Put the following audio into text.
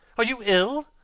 are you ill?